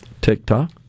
TikTok